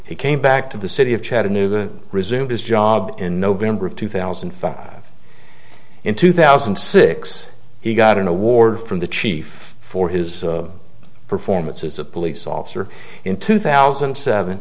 he came back to the city of chattanooga resumed his job in november of two thousand and five in two thousand and six he got an award from the chief for his performance as a police officer in two thousand and seven